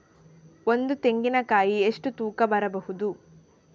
ಒಂದು ತೆಂಗಿನ ಕಾಯಿ ಎಷ್ಟು ತೂಕ ಬರಬಹುದು?